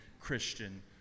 Christian